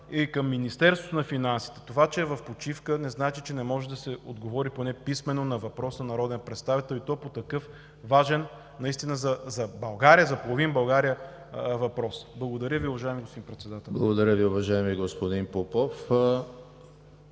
и на Министерството на финансите. Това, че е в почивка, не значи, че не може да се отговори поне писмено на въпрос на народен представител, и то по такъв наистина важен за България, за половин България въпрос. Благодаря Ви, уважаеми господин Председател. ПРЕДСЕДАТЕЛ ЕМИЛ ХРИСТОВ: Благодаря Ви, уважаеми господин Попов.